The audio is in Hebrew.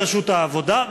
בראשות העבודה,